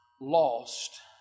lost